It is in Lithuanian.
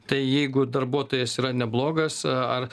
tai jeigu darbuotojas yra neblogas ar